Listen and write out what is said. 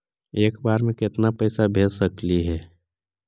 एक बार मे केतना पैसा भेज सकली हे?